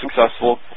successful